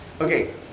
Okay